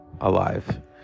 alive